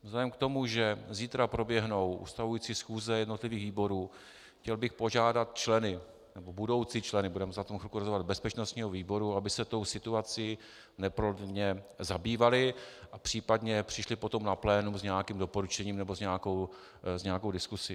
Vzhledem k tomu, že zítra proběhnou ustavující schůze jednotlivých výborů, chtěl bych požádat členy, nebo budoucí členy, budou za chvilku zvoleni, bezpečnostního výboru, aby se tou situací neprodleně zabývali a případně přišli potom na plénum s nějakým doporučením nebo s nějakou diskusí.